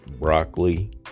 broccoli